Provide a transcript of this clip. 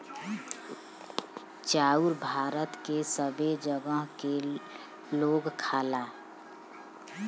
चाउर भारत के सबै जगह क लोग खाला